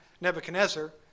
Nebuchadnezzar